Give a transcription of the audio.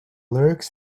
lyrics